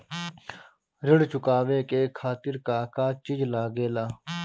ऋण चुकावे के खातिर का का चिज लागेला?